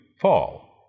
fall